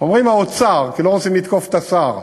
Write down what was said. אומרים "האוצר" כי לא רוצים לתקוף את השר.